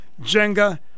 Jenga